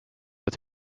with